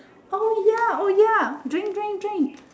oh ya oh ya drink drink drink